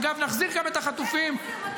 אגב, נחזיר גם את החטופים -- איך תחזיר?